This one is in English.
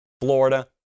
Florida